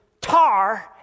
tar